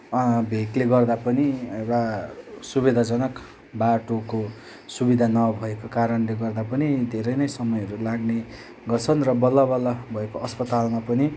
भेकले गर्दा पनि र सुविधाजनक बाटोको सुविधा नभएको कारणले गर्दा पनि धेरै नै समयहरू लाग्ने गर्छन् र बल्ल बल्ल भएको अस्पतालमा पनि